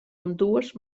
ambdues